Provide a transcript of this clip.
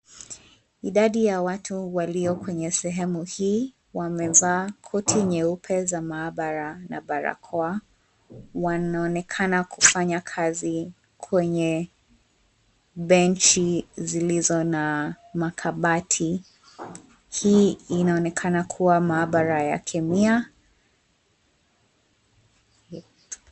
Idadi ya watu waliyo kwenye sehemu hii wamevaa koti nyeupe za maabara na barakoa, wanaonekana kufanya kazi kwenye benchi zilizo na makabati. Hii inaonekana kuwa maabara ya kemia.